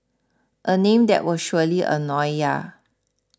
a name that will surely annoy ya